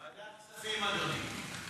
ועדת הכספים, אדוני.